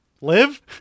live